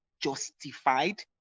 Justified